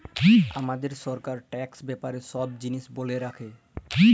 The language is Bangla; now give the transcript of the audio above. হামাদের সরকার ট্যাক্স ব্যাপারে সব জিলিস ব্যলে রাখে